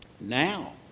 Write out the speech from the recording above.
Now